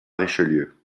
richelieu